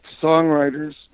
songwriters